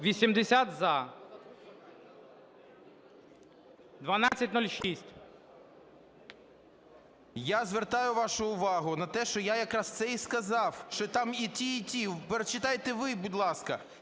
О.О. Я звертаю вашу увагу на те, що я якраз це і сказав, що там і ті, і ті. Прочитайте ви, будь ласка.